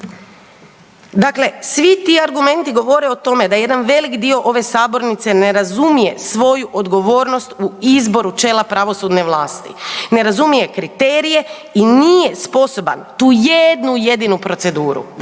Dakle svi ti argumenti govore o tome da jedan velik dio ove sabornice ne razumije svoju odgovornost u izboru čela pravosudne vlasti, ne razumije kriterije i nije sposoban tu jednu jedinu proceduru,